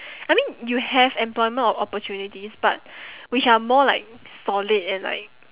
I mean you have employment opportunities but which are more like solid and like